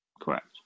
Correct